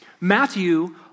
Matthew